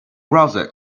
browser